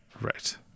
Right